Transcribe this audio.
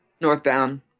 Northbound